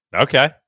Okay